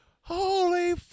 holy